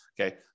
Okay